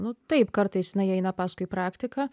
nu taip kartais jinai eina paskui praktiką